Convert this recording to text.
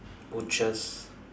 butchers